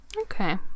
Okay